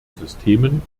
systemen